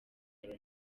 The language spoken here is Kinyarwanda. loni